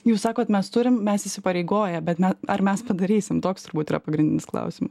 jūs sakot mes turim mes įsipareigoję bet me ar mes padarysim toks turbūt yra pagrindinis klausimas